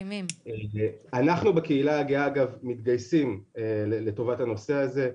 אנחנו בקהילה הגאה מתגייסים לטובת הנושא הזה.